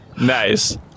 nice